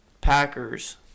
Packers